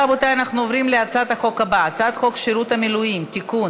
אני קובעת כי חוק הצעת חוק הכניסה לישראל (תיקון,